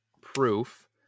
proof